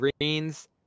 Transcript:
Greens